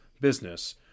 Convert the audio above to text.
business